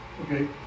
Okay